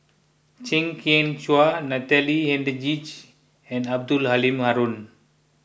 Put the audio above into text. Chew Kheng Chuan Natalie Hennedige and Abdul Halim Haron